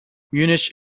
munich